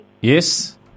Yes